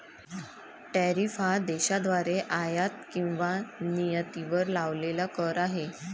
tariff हा देशाद्वारे आयात किंवा निर्यातीवर लावलेला कर आहे